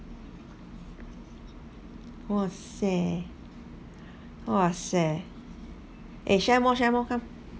!wahseh! !wahseh! eh share more share more come